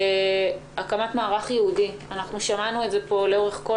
והקמת מערך ייעודי שמענו פה לאורך כל